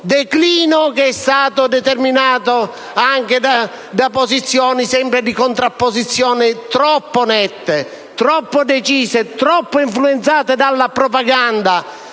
declino, determinato anche da posizioni sempre di contrapposizione troppo nette, troppo decise e troppo influenzate dalla propaganda.